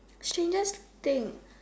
strangest thing